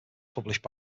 published